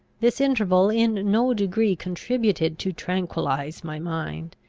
this interval in no degree contributed to tranquillise my mind.